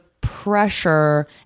pressure